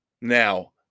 Now